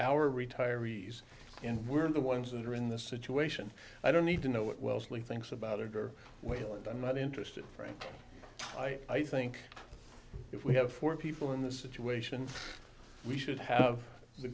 our retirees and we're the ones that are in this situation i don't need to know what wellesley thinks about it or well and i'm not interested right i think if we have four people in this situation we should have the